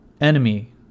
Enemy